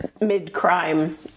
mid-crime